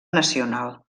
nacional